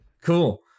cool